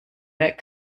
that